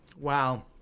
Wow